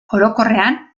orokorrean